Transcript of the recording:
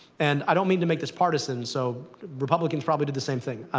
and i don't mean to make this partisan, so republicans, probably did the same thing.